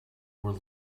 were